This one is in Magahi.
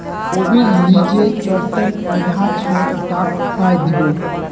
गोबीर ली जे चरसेर पौधा छ उटाक उखाड़इ दी बो